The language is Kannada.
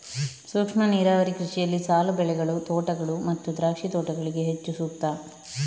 ಸೂಕ್ಷ್ಮ ನೀರಾವರಿ ಕೃಷಿಯಲ್ಲಿ ಸಾಲು ಬೆಳೆಗಳು, ತೋಟಗಳು ಮತ್ತು ದ್ರಾಕ್ಷಿ ತೋಟಗಳಿಗೆ ಹೆಚ್ಚು ಸೂಕ್ತ